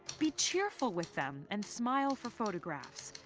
be cheerful with them and smile for photographs.